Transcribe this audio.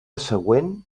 següent